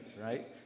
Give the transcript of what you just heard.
right